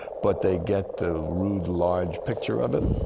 but they get the rude, large picture of it.